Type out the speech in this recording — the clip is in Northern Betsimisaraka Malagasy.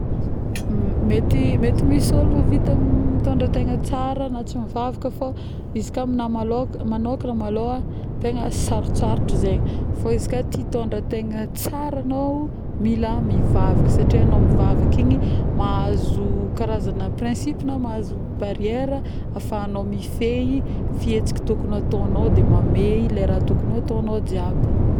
Mey, mety misy ologno mahavita mitôndra tegna tsara na tsy mivavaka ,fô izy ka amina malôha magnôkagna malôha, tegna sarotsarotra zegny fô izy ka tia tondra tegna tsara agnao mila mivavaka satria agnao mivavaka igny mahazo karazagna principe, na karazagna barrière afahagnao mifehy ny fihetsiky tokogny ataognao de mamehy ilay raha tokony ataognao jiaby